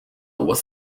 was